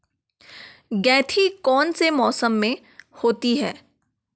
गेंठी कौन से मौसम में होती है?